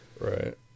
Right